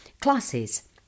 classes